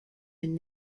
been